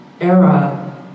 era